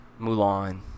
Mulan